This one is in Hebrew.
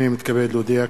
הנני מתכבד להודיע,